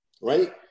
right